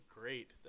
great